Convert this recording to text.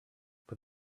but